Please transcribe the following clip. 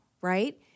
right